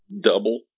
double